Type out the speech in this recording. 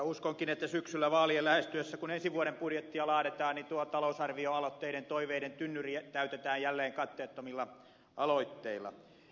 uskonkin että syksyllä vaalien lähestyessä kun ensi vuoden budjettia laaditaan niin tuo talousarvioaloitteiden toiveiden tynnyri täytetään jälleen katteettomilla aloitteilla